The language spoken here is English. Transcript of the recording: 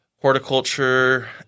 horticulture